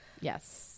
Yes